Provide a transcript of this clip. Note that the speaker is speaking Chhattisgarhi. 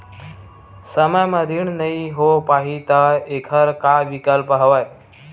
समय म ऋण नइ हो पाहि त एखर का विकल्प हवय?